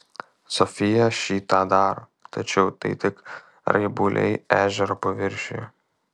sofija šį tą daro tačiau tai tik raibuliai ežero paviršiuje